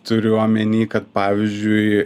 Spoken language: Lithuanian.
turiu omeny kad pavyzdžiui